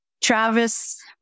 Travis